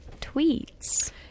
tweets